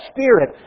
Spirit